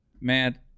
Man